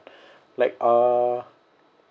like uh